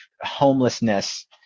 homelessness